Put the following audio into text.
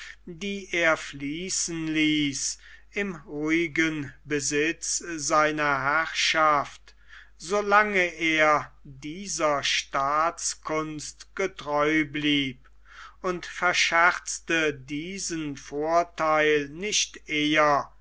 die er fließen ließ im ruhigen besitz seiner herrschaft so lange er dieser staatskunst getreu blieb und verscherzte diesen vortheil nicht eher